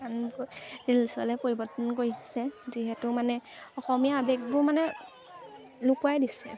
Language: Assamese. ৰিল্চলৈ পৰিৱৰ্তন কৰিছে যিহেতু মানে অসমীয়া আৱেগবোৰ মানে লুকুৱাই দিছে